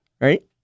right